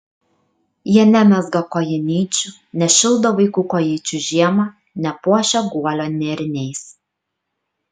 jie nemezga kojinyčių nešildo vaikų kojyčių žiemą nepuošia guolio nėriniais